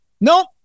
Nope